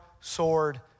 sword